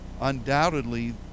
undoubtedly